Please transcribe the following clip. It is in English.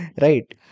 Right